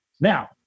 now